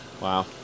Wow